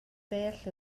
bell